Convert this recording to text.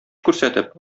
күрсәтеп